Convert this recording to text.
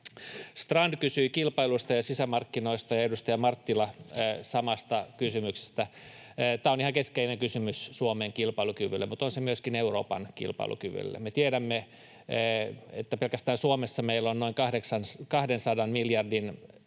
Strand kysyi kilpailusta ja sisämarkkinoista, ja edustaja Marttila samasta kysymyksestä: Tämä on ihan keskeinen kysymys Suomen kilpailukyvylle, mutta on se myöskin Euroopan kilpailukyvylle. Me tiedämme, että pelkästään Suomessa meillä on noin 200 miljardin